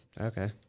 Okay